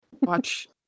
watch